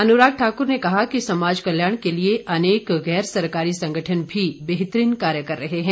अनुराग ठाक्र ने कहा कि समाज कल्याण के लिए अनेक गैर सरकारी संगठन भी बेहतरीन कार्य कर रहे हैं